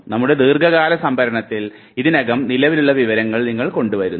നമ്മുടെ ദീർഘകാല സംഭരണത്തിൽ ഇതിനകം നിലവിലുള്ള വിവരങ്ങൾ കൊണ്ടുവരുന്നു